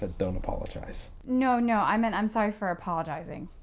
ah don't apologize. no, no, i meant i'm sorry for apologizing.